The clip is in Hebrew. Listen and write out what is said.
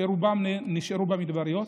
שרובם נשארו במדבריות,